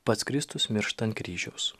pats kristus miršta ant kryžiaus